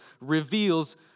reveals